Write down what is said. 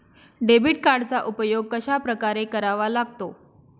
Debit कार्डचा उपयोग कशाप्रकारे करावा लागतो?